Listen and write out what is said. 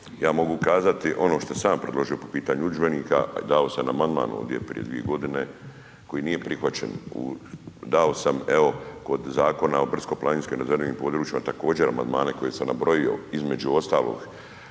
Ja mogu kazati ono što sam ja predložio po pitanju udžbenika, dao sam amandman ovdje prije 2 g. koji nije prihvaćen, dao sam evo kod Zakon o brdsko-planinskim i .../Govornik se ne razumije./... područjima također amandmane koje sam nabrojao između ostalog,